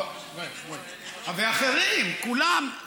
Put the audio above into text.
ואחרים, כולם.